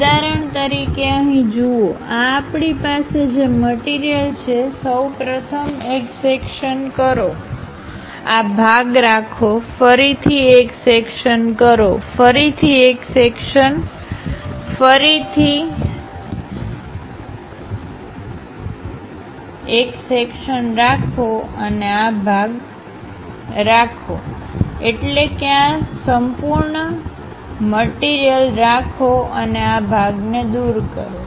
ઉદાહરણ તરીકે અહીં જુઓ આ આપણી પાસે જે મટીરીયલછેસૌ પ્રથમ એક સેક્શનકરો આ ભાગ રાખો ફરીથી એક સેક્શનકરો ફરીથી એક સેક્શનકરો ફરીથી એક સેક્શનકરો ફરીથી એક સેક્શનરાખો અને આ ભાગ રાખો એટલે કે આ સંપૂર્ણ મટીરીયલરાખો અને આ ભાગને દૂર કરો